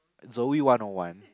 Zoey-one-O-one